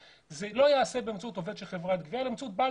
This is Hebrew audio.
זה לא ייעשה באמצעות עובד של חברת גבייה אלא באמצעות בעל